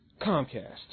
comcast